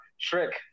trick